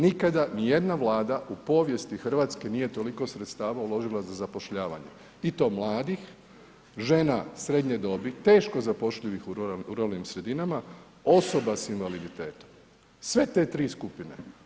Nikada ni jedna Vlada u povijesti Hrvatske nije toliko sredstava uložila za zapošljavanje i to mladih, žena srednje dobi, teško zapošljivih u ruralnim sredinama osoba s invaliditetom, sve te tri skupine.